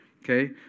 okay